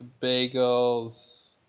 Bagels